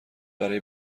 برای